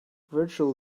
virtual